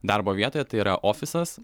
darbo vietoje tai yra ofisas